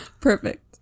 Perfect